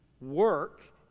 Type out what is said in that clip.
work